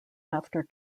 after